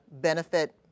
benefit